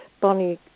bonnie